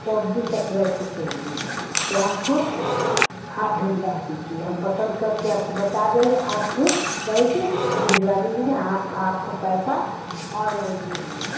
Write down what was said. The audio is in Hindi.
चौबीस अप्रैल को चाहिए तो हमको आप भिजवा दीजिए हम पसंद करके आपको बता देंगे आप भी वही से भिजवा दीजिएगा आप आपको पैसा अनलाइन देंगे